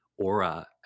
Aura